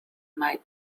might